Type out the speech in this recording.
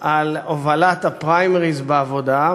להובלת הפריימריז בעבודה,